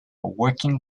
working